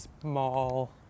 small